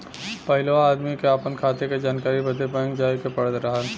पहिलवा आदमी के आपन खाते क जानकारी बदे बैंक जाए क पड़त रहल